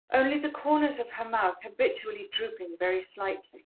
only the corners of her mouth habitually drooping very slightly.